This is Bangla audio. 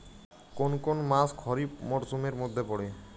কোন কোন মাস খরিফ মরসুমের মধ্যে পড়ে?